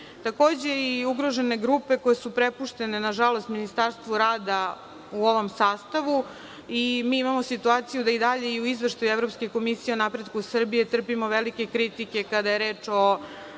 Takođe i ugrožene grupe koje su prepuštene, nažalost, Ministarstvu rada u ovom sastavu, mi imamo situaciju da i dalje i u Izveštaju Evropske komisije o napretku Srbije trpimo velike kritike kada je reč o